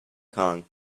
kong